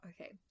okay